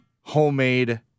homemade